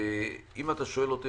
אם אתה שואל אותי,